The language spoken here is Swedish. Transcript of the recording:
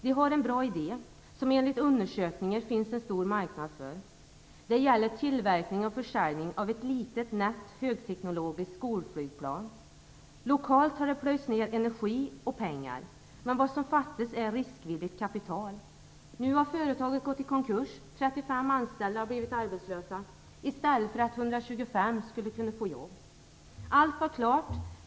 Man har en bra idé som det enligt undersökningar finns en stor marknad för. Det gäller tillverkning och försäljning av ett litet nätt högteknologiskt skolflygplan. Lokalt har det plöjts ner energi och pengar. Men vad som fattas är riskvilligt kapital. Nu har företaget gått i konkurs. 35 anställda har blivit arbetslösa i stället för att 125 personer skulle ha kunnat få jobb. Allt var klart.